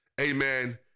Amen